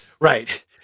right